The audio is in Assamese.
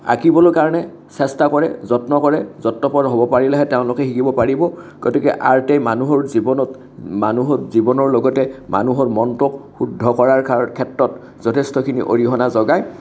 আঁকিবলৈ কাৰণে চেষ্টা কৰে যত্ন কৰে যত্নপৰ হ'ব পাৰিলেহে তেওঁলোকে শিকিব পাৰিব গতিকে আৰ্টে মানুহৰ জীৱনত মানুহক জীৱনৰ লগতে মানুহৰ মনটোক শুদ্ধ কৰাৰ ক্ষেত্ৰত যথেষ্টখিনি অৰিহণা যোগায়